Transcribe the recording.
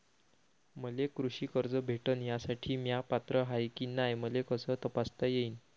मले कृषी कर्ज भेटन यासाठी म्या पात्र हाय की नाय मले कस तपासता येईन?